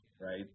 right